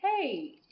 Hey